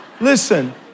listen